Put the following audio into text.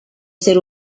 ser